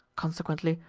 consequently,